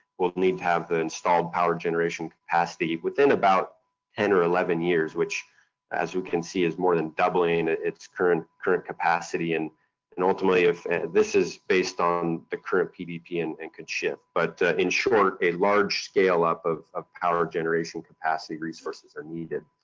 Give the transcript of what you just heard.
we'll need to have the installed power generation capacity within about ten or eleven years, which as you can see is more than doubling its current current capacity. and and ultimately, this is based on the current pdp and and could shift. but in short, a large scale-up of of power generation capacity resources are needed.